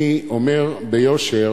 אני אומר ביושר